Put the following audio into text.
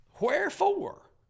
wherefore